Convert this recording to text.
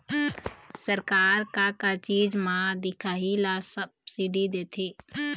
सरकार का का चीज म दिखाही ला सब्सिडी देथे?